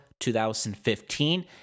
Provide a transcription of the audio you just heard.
2015